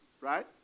Right